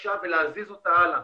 בקשה ולהזיז אותה הלאה,